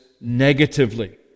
negatively